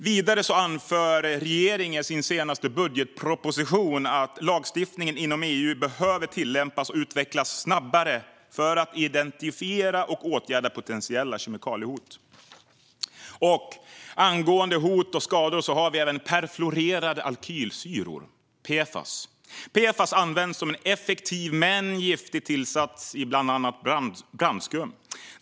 Vidare anför regeringen i sin senaste budgetproposition att lagstiftningen inom EU behöver tillämpas och utvecklas snabbare för att identifiera och åtgärda potentiella kemikaliehot. Angående hot och skador har vi även perfluorerade alkylsyror, PFAS. PFAS används som en effektiv men giftig tillsats i bland annat brandskum.